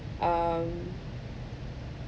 um